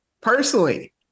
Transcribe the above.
personally